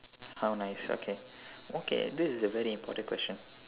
how nice okay okay this is a very important question